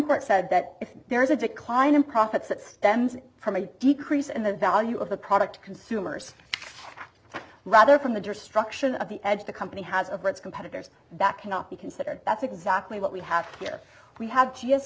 court said that if there is a decline in profits it stems from a decrease in the value of the product to consumers rather from the destruction of the edge the company has of its competitors that cannot be considered that's exactly what we have here we have just